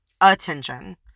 attention